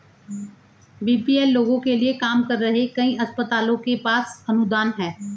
BPL लोगों के लिए काम कर रहे कई अस्पतालों के पास अनुदान हैं